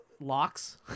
locks